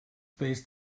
based